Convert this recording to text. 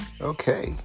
Okay